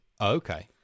Okay